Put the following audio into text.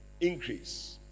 increase